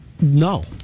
No